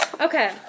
Okay